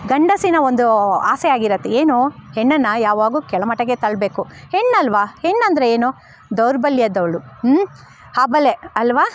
ಗಂಡಸಿನ ಒಂದು ಆಸೆ ಆಗಿರುತ್ತೆ ಏನು ಹೆಣ್ಣನ್ನು ಯಾವಾಗಲು ಕೆಳಮಟ್ಟಕ್ಕೆ ತಳ್ಳಬೇಕು ಹೆಣ್ಣಲ್ವ ಹೆಣ್ಣೆಂದರೆ ಏನು ದೌರ್ಬಲ್ಯದವಳು ಅಬಲೆ ಅಲ್ವ